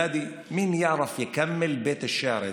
ילדיי, מי יודע להשלים את בית השיר הזה?